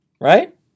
Right